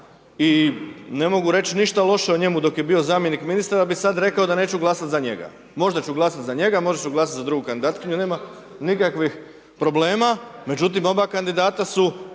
i ne mogu reći ništa loše o njemu dakle je bio zamjenik ministara, jer bi sada rekao da neću glasati za njega. Možda ću glasati za njega, možda ću glasati za drugu kandidatkinju, nema nikakvih problema, međutim, oba kandidata su